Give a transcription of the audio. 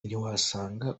ntiwasanga